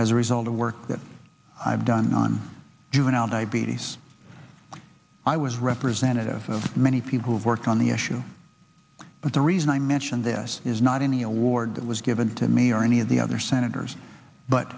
as a result of work that i've done on juvenile diabetes i was representative of many people who have worked on the issue but the reason i mention this is not any award that was given to me or any of the other senators but